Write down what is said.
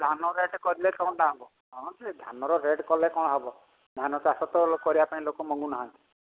ଧାନ ରେଟ୍ କରିଲେ କ'ଣଟା ହେବ ହଁ ଯେ ଧାନର ରେଟ୍ କଲେ କ'ଣ ହେବ ଧାନ ଚାଷ ତ କରିବା ପାଇଁ ଲୋକ ମଙ୍ଗୁନାହାନ୍ତି